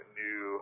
new